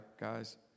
guys